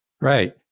Right